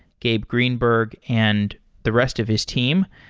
gabe greenberg, and the rest of his team.